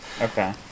Okay